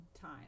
time